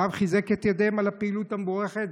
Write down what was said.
הרב חיזק את ידיהם על הפעילות המבורכת,